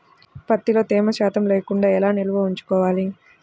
ప్రత్తిలో తేమ శాతం లేకుండా ఎలా నిల్వ ఉంచుకోవాలి?